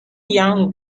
young